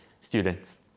students